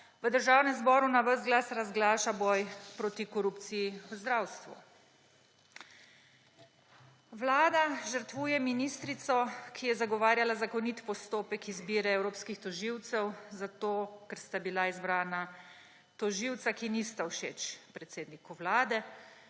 v Državnem zboru na ves glas razglaša boj proti korupciji v zdravstvu. Vlada žrtvuje ministrico, ki je zagovarjala zakonit postopek izbire evropskih tožilcev zato, ker sta bila izbrana tožilca, ki nista všeč predsedniku Vlade.